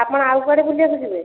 ଆପଣ ଆଉ କୁଆଡ଼େ ବୁଲିବାକୁ ଯିବେ